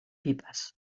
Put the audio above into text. pipes